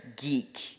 geek